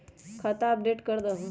खाता अपडेट करदहु?